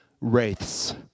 wraiths